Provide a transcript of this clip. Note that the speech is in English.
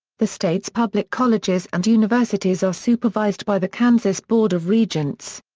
the state's public colleges and universities are supervised by the kansas board of regents.